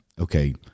okay